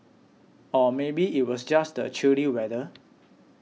or maybe it was just the chilly weather